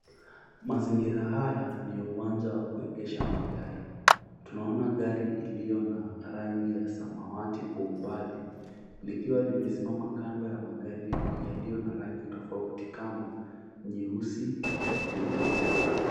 Mazingira haya ni ya uwanja wa kuegesha magari. Tunaona gari iliyo na rangi ya samawati kwa umbali likiwa limesimama kando ya magari yaliyo na rangi tofauti kama, nyeusi na nyeupe.